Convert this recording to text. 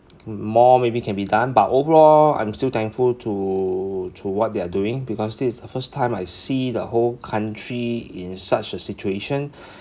more maybe can be done but overall I'm still thankful to to what they are doing because this is the first time I see the whole country in such a situation